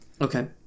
Okay